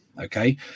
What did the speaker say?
Okay